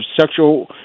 sexual